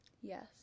Yes